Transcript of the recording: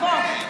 אז בוא,